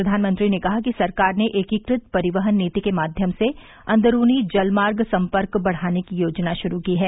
प्रधानमंत्री ने कहा कि सरकार ने एकीकृत परिवहन नीति के माध्यम से अंदरूनी जलमार्ग संपर्क बढ़ाने की योजना शुरू की है